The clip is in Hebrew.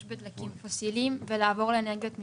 בדלקים פוסיליים ולעבור לאנרגיות מתחדשות.